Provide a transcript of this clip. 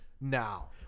now